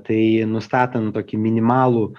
tai nustatant tokį minimalų